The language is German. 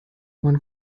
man